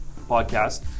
podcast